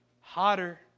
hotter